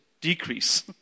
decrease